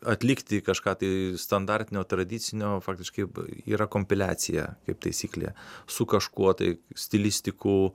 atlikti kažką tai standartinio tradicinio faktiškai yra kompiliacija kaip taisyklė su kažkuo tai stilistikų